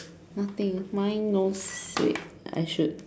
nothing mine no wait I should